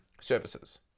services